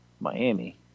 Miami